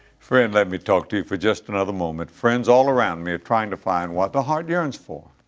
friend let me talk to you for just another moment. friends all around me are trying to find what the heart yearns for,